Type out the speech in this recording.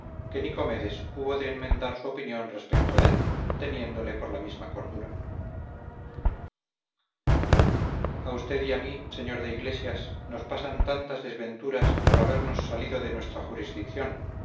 que nicomedes hubo de enmendar su opinión respecto a él teniéndole por la misma cordura a usted y a mí sr de iglesias nos pasan tantas desventuras por habernos salido de nuestra jurisdicción